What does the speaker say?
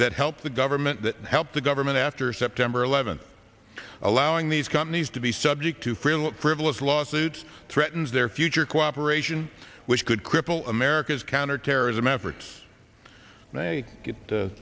that helped the government help the government after september eleventh allowing these companies to be subject to freedom of frivolous lawsuits threatens their future cooperation which could cripple america's counterterrorism efforts and they get t